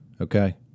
Okay